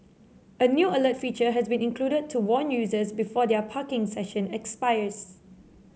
a new alert feature has been included to warn users before their parking session expires